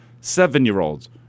seven-year-olds